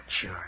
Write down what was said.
Sure